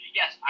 yes